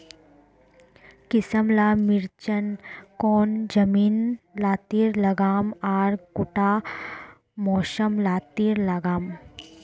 किसम ला मिर्चन कौन जमीन लात्तिर लगाम आर कुंटा मौसम लात्तिर लगाम?